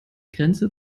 grenze